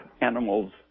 animals